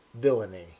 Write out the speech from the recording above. villainy